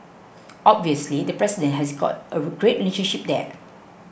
obviously the president has got a great relationship there